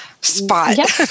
spot